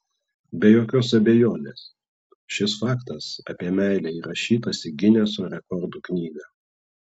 be jokios abejonės šis faktas apie meilę įrašytas į gineso rekordų knygą